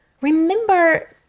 Remember